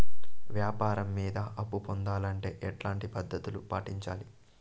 వ్యాపారం మీద అప్పు పొందాలంటే ఎట్లాంటి పద్ధతులు పాటించాలి?